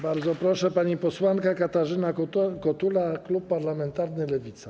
Bardzo proszę, pani posłanka Katarzyna Kotula, klub parlamentarny Lewica.